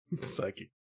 Psychic